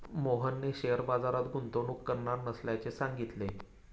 मोहनने शेअर बाजारात गुंतवणूक करणार नसल्याचे सांगितले